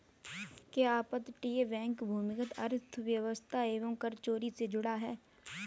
क्या अपतटीय बैंक भूमिगत अर्थव्यवस्था एवं कर चोरी से जुड़ा है?